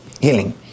healing